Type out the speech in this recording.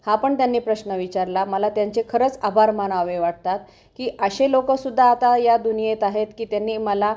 हा पण त्यांनी प्रश्न विचारला मला त्यांचे खरंच आभार मानावे वाटतात की असे लोकसुद्धा आता या दुनियेत आहेत की त्यांनी मला